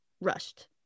rushed